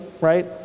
right